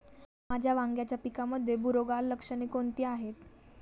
माझ्या वांग्याच्या पिकामध्ये बुरोगाल लक्षणे कोणती आहेत?